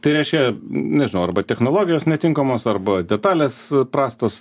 tai reiškia nežnau arba technologijos netinkamos arba detalės prastos